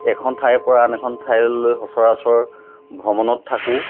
এখন ঠাইৰ পৰা আন এখন ঠাইলৈ সচৰাচৰ ভ্ৰমণত থাকোঁ